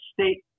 state